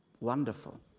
Wonderful